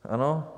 Ano?